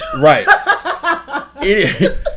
Right